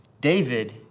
David